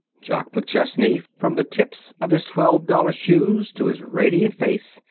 jock mcchesney, from the tips of his twelve-dollar shoes to his radiant face,